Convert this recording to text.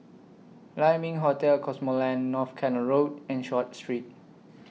Lai Ming Hotel Cosmoland North Canal Road and Short Street